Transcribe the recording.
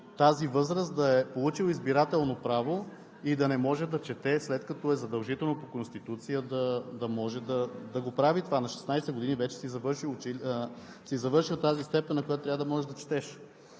тази възраст, да е получил избирателно право и да не може да чете, след като е задължително по Конституция да прави това. На 16 години вече си завършил тази степен, на която трябва да можеш да четеш.